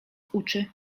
uczy